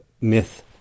myth